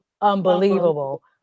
unbelievable